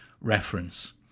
reference